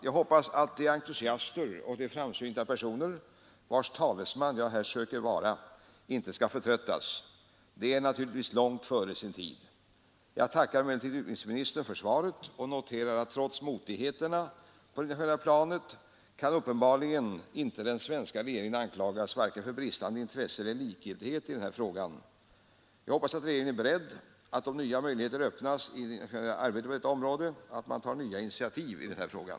Jag hoppas att de entusiaster och de framsynta personer, vilkas talesman jag här söker vara, inte skall förtröttas. De är naturligtvis långt före sin tid. Jag tackar emellertid utbildningsministern för svaret och noterar att trots motigheterna på det internationella planet kan uppenbarligen inte den svenska regeringen anklagas vare sig för bristande intresse eller för likgiltighet i denna fråga. Jag hoppas att regeringen är beredd att, om nya möjligheter öppnas i det internationella arbetet på detta område, ta nya initiativ i frågan.